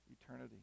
eternity